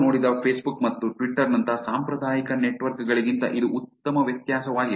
ನಾವು ನೋಡಿದ ಫೇಸ್ಬುಕ್ ಮತ್ತು ಟ್ವಿಟರ್ ನಂತಹ ಸಾಂಪ್ರದಾಯಿಕ ನೆಟ್ವರ್ಕ್ ಗಳಿಗಿಂತ ಇದು ಉತ್ತಮ ವ್ಯತ್ಯಾಸವಾಗಿದೆ